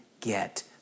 get